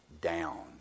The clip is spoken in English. down